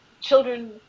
children